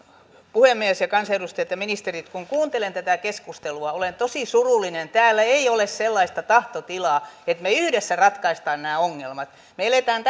puhemies ja kansanedustajat ja ministerit kun kuuntelen tätä keskustelua olen tosi surullinen täällä ei ole sellaista tahtotilaa että me yhdessä ratkaisemme nämä ongelmat me elämme